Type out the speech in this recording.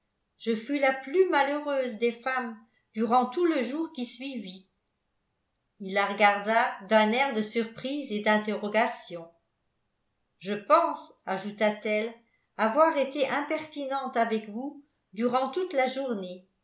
je fus la plus malheureuse des femmes durant tout le jour qui suivit il la regarda d'un air de surprise et d'interrogation je pense ajouta-t-elle avoir été impertinente avec vous durant toute la journée et